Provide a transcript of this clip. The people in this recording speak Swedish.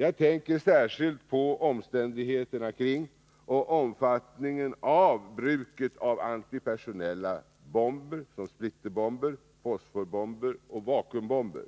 Jag tänker särskilt på omständigheterna kring och omfattningen av bruket av antipersonella bomber såsom splitterbomber, fosforbomber och vakuumbomber,